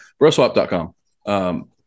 Broswap.com